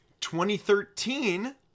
2013